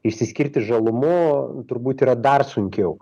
išsiskirti žalumu turbūt yra dar sunkiau